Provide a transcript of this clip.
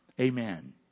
Amen